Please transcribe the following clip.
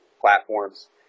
platforms